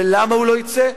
ולמה לא יצא?